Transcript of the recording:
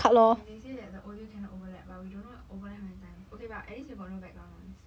and they say that the audio cannot overlap but we don't know overlap how many times okay but at least we got no background noise